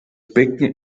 becken